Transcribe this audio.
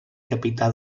capità